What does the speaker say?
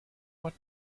what